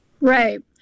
Right